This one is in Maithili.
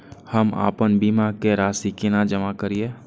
हम आपन बीमा के राशि केना जमा करिए?